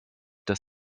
des